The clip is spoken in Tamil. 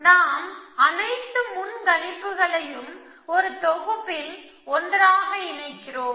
நாம் அனைத்து முன்கணிப்புகளையும் ஒரு தொகுப்பில் ஒன்றாக இணைக்கிறோம்